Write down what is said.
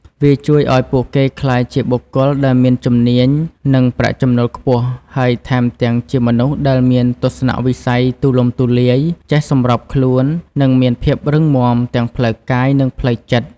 វាជួយឱ្យពួកគេក្លាយជាបុគ្គលដែលមានជំនាញ និងប្រាក់ចំណូលខ្ពស់ ហើយថែមទាំងជាមនុស្សដែលមានទស្សនវិស័យទូលំទូលាយ ចេះសម្របខ្លួន និងមានភាពរឹងមាំទាំងផ្លូវកាយ និងផ្លូវចិត្ត។